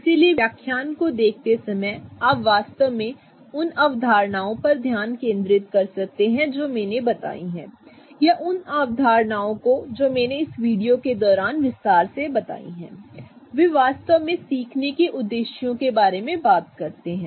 इसलिए व्याख्यान को देखते समय आप वास्तव में उन अवधारणाओं पर ध्यान केंद्रित कर सकते हैं जो मैंने बताई हैं या उन अवधारणाओं को जो मैंने इस वीडियो के दौरान विस्तार से बताई हैं वे वास्तव में सीखने के उद्देश्यों के बारे में बात करते हैं